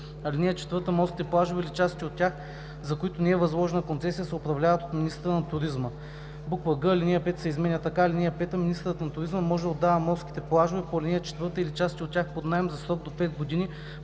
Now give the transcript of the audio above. (4) Морските плажове или части от тях, за които не е възложена концесия, се управляват от министъра на туризма.“ г) алинея 5 се изменя така: „(5) Министърът на туризма може да отдава морските плажове по ал. 4 или части от тях под наем за срок до 5 години,